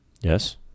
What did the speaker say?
Yes